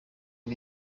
ngo